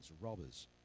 robbers